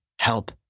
help